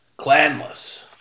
Clanless